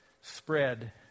spread